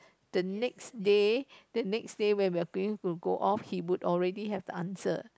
the next day the next day when we're going to go off he would already have the answer